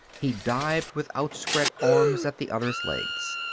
he dived with outspread arms at the other's legs.